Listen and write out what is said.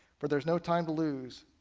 for there is no time to lose.